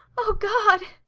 oh, god!